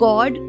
God